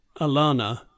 Alana